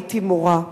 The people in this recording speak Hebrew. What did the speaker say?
הייתי מורה.